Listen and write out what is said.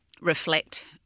reflect